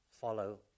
Follow